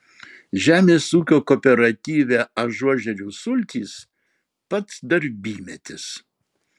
žemės ūkio kooperatyve ažuožerių sultys pats darbymetis